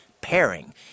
pairing